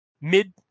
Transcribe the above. mid